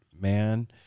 man